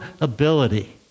ability